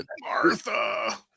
Martha